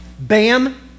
Bam